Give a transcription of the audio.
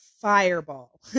fireball